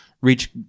reach